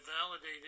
validated